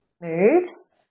moves